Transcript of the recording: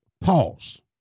Pause